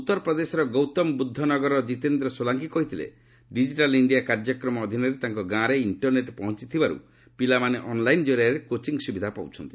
ଉତ୍ତରପ୍ରଦେଶର ଗୌତମ ବୁଦ୍ଧ ନଗରର ଜିତେନ୍ଦ୍ର ସୋଲଙ୍କି କହିଥିଲେ ଡିକିଟାଲ୍ ଇଣ୍ଡିଆ କାର୍ଯ୍ୟକ୍ରମ ଅଧୀନରେ ତାଙ୍କ ଗାଁରେ ଇଷ୍ଟରନେଟ୍ ପହଞ୍ଚିଥିବାରୁ ପିଲାମାନେ ଅନ୍ଲାଇନ୍ କରିଆରେ କୋଚିଂ ସୁବିଧା ପାଉଛନ୍ତି